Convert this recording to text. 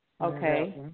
Okay